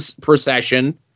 procession